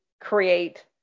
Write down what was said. create